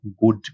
good